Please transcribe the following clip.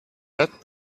that